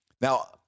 Now